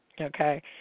okay